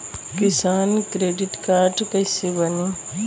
किसान credit card कइसे बानी?